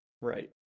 Right